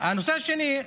הנושא השני,